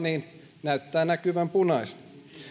niin näyttää näkyvän punaista